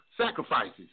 sacrifices